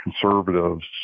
conservatives